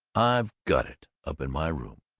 i've got it, up in my room,